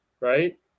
Right